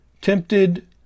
tempted